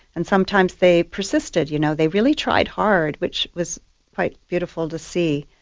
and sometimes they persisted, you know they really tried hard, which was quite beautiful to see.